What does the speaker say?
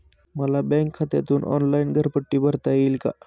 मला बँक खात्यातून ऑनलाइन घरपट्टी भरता येईल का?